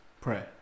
Pray